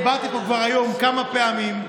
דיברתי פה כבר היום כמה פעמים.